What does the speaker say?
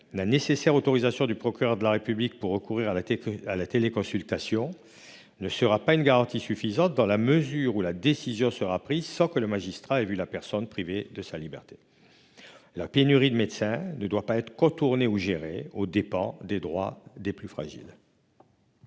la nécessaire autorisation du procureur de la République pour recourir à la téléconsultation ne constitue pas une garantie suffisante, dans la mesure où la décision sera prise sans que le magistrat ait vu la personne privée de liberté. La pénurie de médecins ne doit pas être contournée ou instrumentalisée aux dépens des droits des plus fragiles.